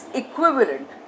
equivalent